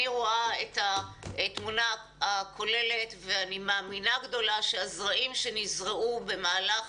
אני רואה את התמונה הכוללת ואני מאמינה גדולה שהזרעים שנזרעו במהלך